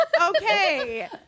Okay